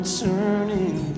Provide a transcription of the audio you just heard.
turning